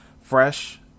fresh